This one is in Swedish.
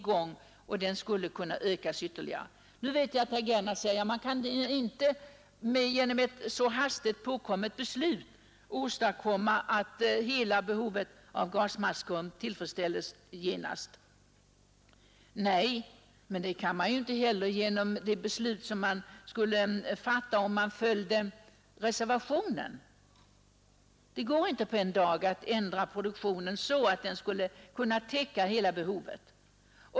På detta svarar herr Gernandt säkerligen att man kan inte med ett så hastigt påkommet beslut åstadkomma att hela behovet av gasmasker tillfredsställes genast. Nej, men det kan man ju inte heller genom det förslag som reservanterna framför. Det går inte på en dag att ändra produktionen så att den täcker hela behovet.